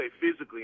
physically